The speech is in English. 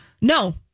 No